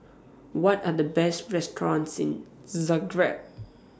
What Are The Best restaurants in Zagreb